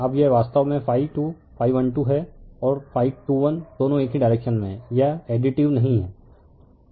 अब यह वास्तव में है और दोनों एक ही डायरेक्शन में हैं यह एडिटिव नहीं है